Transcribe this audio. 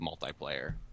multiplayer